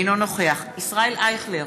אינו נוכח ישראל אייכלר,